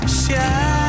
shine